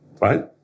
right